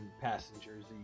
passengers